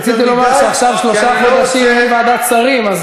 רציתי לומר שעכשיו שלושה חודשים אין ועדת שרים.